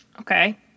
Okay